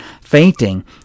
fainting